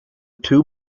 two